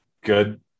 good